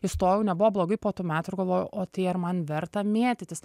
įstojau nebuvo blogai po tų metų ir galvoju o tai ar man verta mėtytis